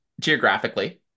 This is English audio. geographically